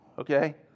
okay